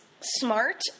smart